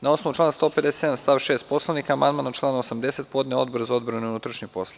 Na osnovu člana 157. stav 6. Poslovnika amandman na član 80. podneo je Odbor za odbranu i unutrašnje poslove.